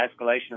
escalation